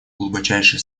глубочайшие